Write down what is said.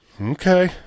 okay